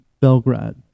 belgrade